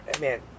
man